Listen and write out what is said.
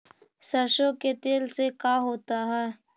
सरसों के तेल से का होता है?